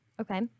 Okay